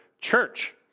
church